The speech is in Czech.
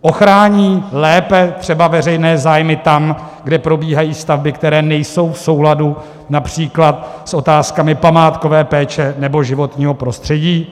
Ochrání lépe třeba veřejné zájmy tam, kde probíhají stavby, které nejsou v souladu například s otázkami památkové péče nebo životního prostředí?